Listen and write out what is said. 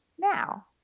now